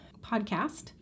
podcast